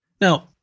Now